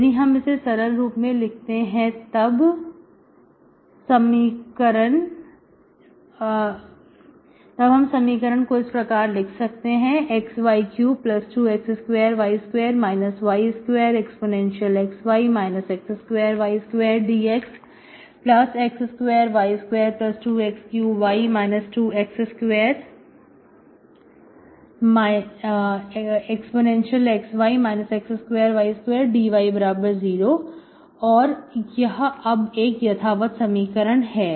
यदि हम इसे सरल रूप में लिखते हैं तब हम समीकरण को इस प्रकार लिख सकते हैं xy32x2y2 y2 dx x2y22x3y 2x2 dy0 और यह अब एक यथावत समीकरण है